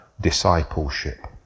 discipleship